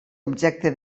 objecte